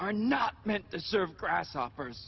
are not meant to serve grass offers